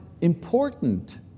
important